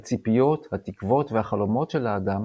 הציפיות, התקוות והחלומות של האדם